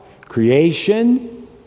creation